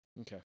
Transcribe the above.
Okay